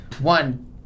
one